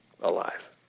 alive